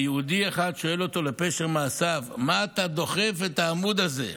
ויהודי אחד שואל אותו לפשר מעשיו: מה אתה דוחף את העמוד הזה?